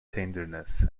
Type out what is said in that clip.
tenderness